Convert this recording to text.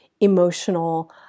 emotional